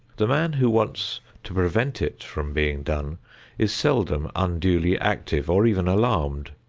the man who wants to prevent it from being done is seldom unduly active or even alarmed.